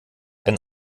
ein